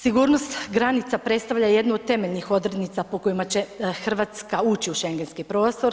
Sigurnost granica predstavlja jednu od temeljnih odrednica po kojima će Hrvatska ući u Schengenski prostor.